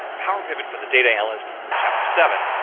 powerpivot for the data analyst chapter seven,